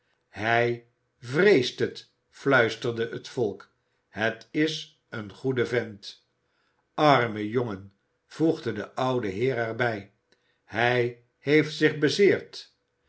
hij vreest het fluisterde het volk het is een goede vent arme jongen voegde de oude heer er bij hij heeft zich bezeerd